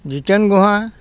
Jiten Gohain